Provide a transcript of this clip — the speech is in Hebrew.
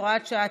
הוראת שעה,